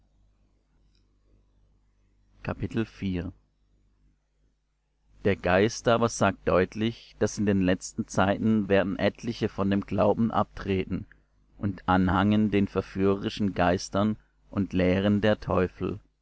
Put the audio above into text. der geist aber sagt deutlich daß in den letzten zeiten werden etliche von dem glauben abtreten und anhangen den verführerischen geistern und lehren der teufel